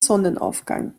sonnenaufgang